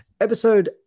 Episode